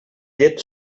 llet